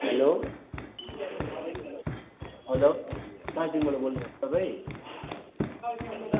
hello hello कहाँदेखिबाट बोल्नु भएको तपाईँ